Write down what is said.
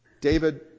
David